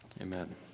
Amen